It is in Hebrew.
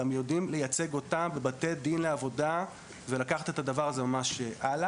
גם יודעים לייצג אותם בבתי דין לעבודה ולקחת את הדבר הזה הלאה.